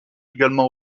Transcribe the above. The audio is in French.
également